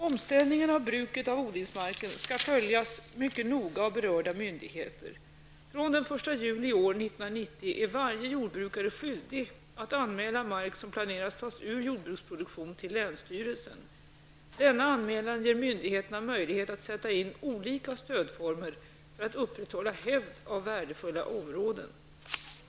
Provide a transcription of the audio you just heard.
Omställningen av bruket av odlingsmarken skall följas mycket noga av berörda myndigheter. Från den 1 juli år 1990 är varje jordbrukare skyldig att anmäla mark som planeras tas ur jordbruksproduktion till länsstyrelsen. Denna anmälan ger myndigheterna möjlighet att sätta in olika stödformer för att upprätthålla hävd av värdefulla områden.